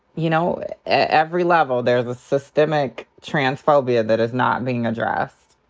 you know, at every level there's a systemic transphobia that is not being addressed.